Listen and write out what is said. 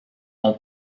ont